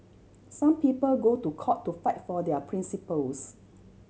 some people go to court to fight for their principles